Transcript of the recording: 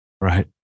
Right